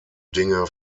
dinge